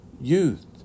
youth